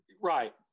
Right